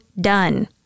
done